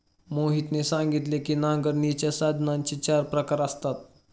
मोहितने सांगितले की नांगरणीच्या साधनांचे चार प्रकार असतात